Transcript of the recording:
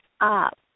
up